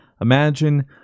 imagine